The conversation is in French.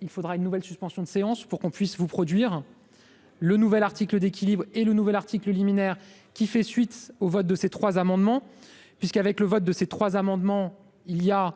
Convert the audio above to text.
il faudra une nouvelle suspension de séance pour qu'on puisse vous produire le nouvel article d'équilibre et le nouvel article liminaire, qui fait suite au vote de ces trois amendements, puisqu'avec le vote de ces trois amendements, il y a